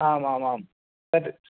आमामाम् तत्